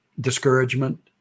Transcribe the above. discouragement